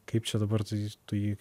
kaip čia dabar tai tu jį